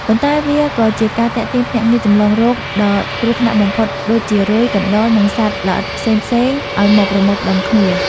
ប៉ុន្តែវាក៏ជាការទាក់ទាញភ្នាក់ងារចម្លងរោគដ៏គ្រោះថ្នាក់បំផុតដូចជា រុយ កណ្ដុរ និងសត្វល្អិតផ្សេងៗឱ្យមកប្រមូលផ្ដុំគ្នា។